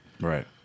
Right